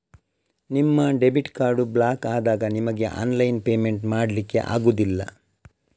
ನಿಮ್ಮ debit card block ಆದಾಗ ನಿಮಿಗೆ ಆನ್ಲೈನ್ ಪೇಮೆಂಟ್ ಮಾಡ್ಲಿಕ್ಕೆ ಆಗುದಿಲ್ಲ